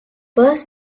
was